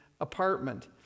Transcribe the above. apartment